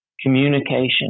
communication